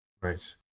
Right